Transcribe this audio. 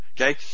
Okay